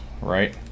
right